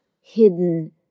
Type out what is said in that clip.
hidden